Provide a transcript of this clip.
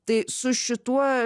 tai su šituo